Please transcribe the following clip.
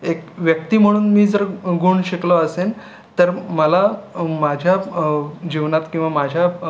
एक व्यक्ती म्हणून मी जर गुण शिकलो असेन तर मला माझ्या जीवनात किंवा माझ्या